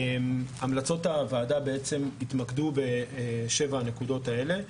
המלצות הוועדה התמקדו בשבע הנקודות האלה.